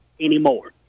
anymore